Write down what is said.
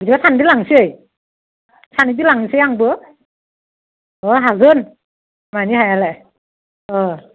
बिदिबा सानैजों लांनोसै सानैजों लांनोसै आंबो अ हागोन मानो हायालाय अ